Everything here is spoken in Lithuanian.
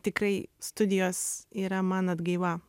tikrai studijos yra man atgaiva